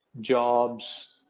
jobs